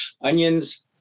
Onions